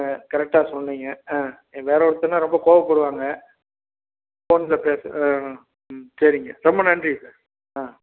கரெக்டாக சொன்னிங்க ஆ வேறு ஒருத்தர்னால் ரொம்ப கோபப்படுவாங்க ஃபோனில் பேச ஆ ஆ ம் சரிங்க ரொம்ப நன்றி சார் ஆ